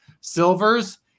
silvers